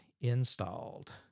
installed